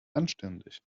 anständig